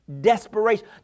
desperation